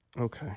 Okay